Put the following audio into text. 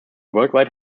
worldwide